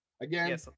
Again